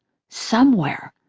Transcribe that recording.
somewhere,